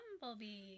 Bumblebee